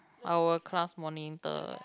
our class monitor